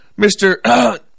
Mr